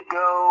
go